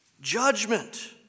judgment